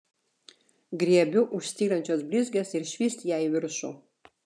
griebiu už styrančios blizgės ir švyst ją į viršų